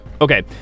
Okay